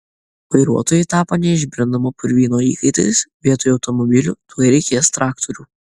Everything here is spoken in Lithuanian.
vairuotojai tapo neišbrendamo purvyno įkaitais vietoj automobilių tuoj reikės traktorių